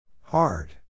hard